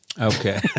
Okay